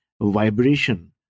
vibration